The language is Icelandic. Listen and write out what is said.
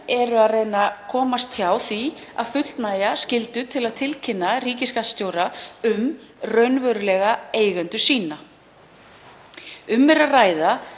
eru að reyna að komast hjá því að fullnægja skyldu til að tilkynna ríkisskattstjóra um raunverulega eigendur sína. Um er að ræða